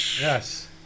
Yes